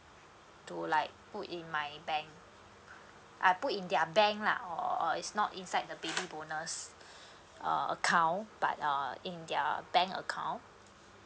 to like put in my bank I put in their bank lah or or it's not inside the baby bonus uh account but uh in their bank account